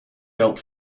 belt